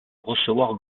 recevoir